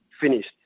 finished